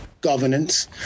governance